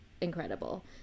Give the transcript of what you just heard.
incredible